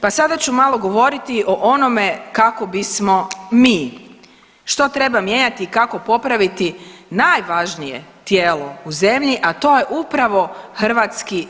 Pa sada ću malo govoriti o onome kako bismo mi, što treba mijenjati i kako popraviti najvažnije tijelo u zemlji, a to je upravo HS.